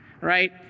right